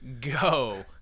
go